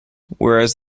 whereas